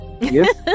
Yes